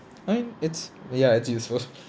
I it's ya it's useful